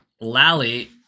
Lally